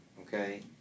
okay